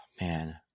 Man